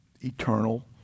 eternal